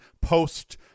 post